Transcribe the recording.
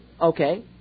Okay